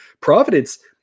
Providence